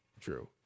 True